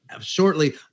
shortly